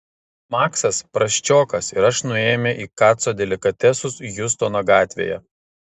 maksas prasčiokas ir aš nuėjome į kaco delikatesus hjustono gatvėje